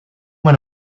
went